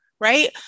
right